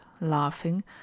laughing